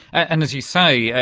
and as you say,